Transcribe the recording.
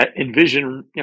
envision